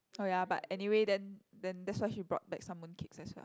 oh ya but anyway then then that's why she brought back some mooncakes as well